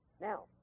Now